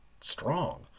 strong